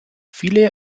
viele